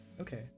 Okay